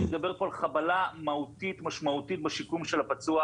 אני מדבר פה על חבלה מהותית ומשמעותית בשיקום של הפצוע,